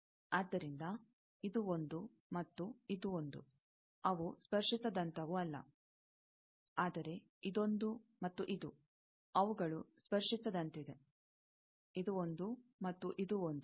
ಆದ್ದರಿಂದ ಇದು ಒಂದು ಮತ್ತು ಇದು ಒಂದು ಅವು ಸ್ಪರ್ಶಿಸದಂತವು ಅಲ್ಲ ಆದರೆ ಇದೊಂದು ಮತ್ತು ಇದು ಅವುಗಳು ಸ್ಪರ್ಶಿಸದಂತಿದೆ ಇದು ಒಂದು ಮತ್ತು ಇದು ಒಂದು